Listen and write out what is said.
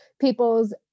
people's